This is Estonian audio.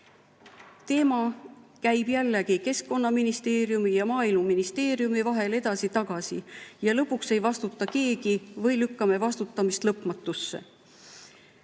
Teema käib jällegi Keskkonnaministeeriumi ja Maaeluministeeriumi vahel edasi-tagasi ja lõpuks ei vastuta keegi või lükkame vastutamist lõpmatusse.